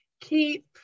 keep